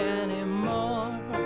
anymore